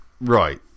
Right